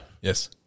Yes